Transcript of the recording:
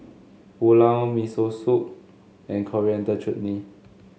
Pulao Miso Soup and Coriander Chutney